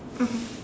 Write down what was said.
mmhmm